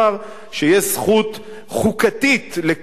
שתהיה זכות חוקתית לכנסת,